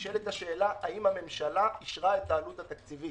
נשאלת השאלה האם הממשלה אישרה את העלות התקציבית?